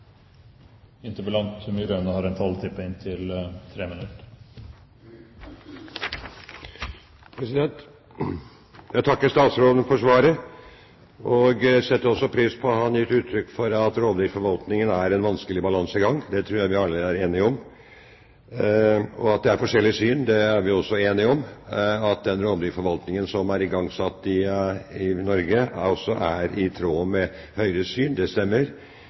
regionen som mulig. Jeg takker statsråden for svaret. Jeg setter pris på at han ga uttrykk for at rovdyrforvaltningen er en vanskelig balansegang. Det tror jeg vi alle er enige om. At det er forskjellige syn, er vi også enige om. At den rovdyrforvaltningen som er igangsatt i Norge, også er i tråd med Høyres syn, stemmer. Det